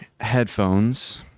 headphones